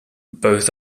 both